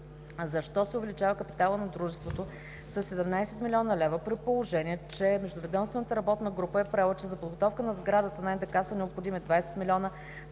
защо се увеличава капиталът на Дружеството със 17 млн. лв., при положение че Междуведомствената работна група е приела, че за подготовка на сградата на НДК са необходими 20 млн.